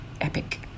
Epic